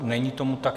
Není tomu tak.